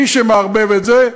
מי שמערבב את זה,